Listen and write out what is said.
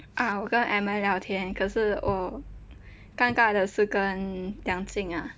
我跟 edmond 聊天我尴尬的是跟梁静 ah